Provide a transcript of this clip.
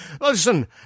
listen